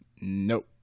Nope